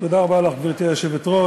גברתי היושבת-ראש,